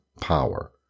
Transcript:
power